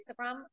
instagram